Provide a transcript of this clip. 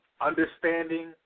understanding